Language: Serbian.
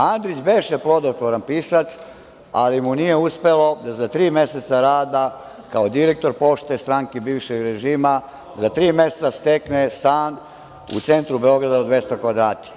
A Andrić beše plodotvoran pisac, ali mu nije uspelo da za tri meseca rada kao direktor pošte stranke bivšeg režima, za tri meseca stekne stan u centru Beograda od 200 kvadrata.